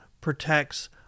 protects